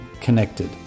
connected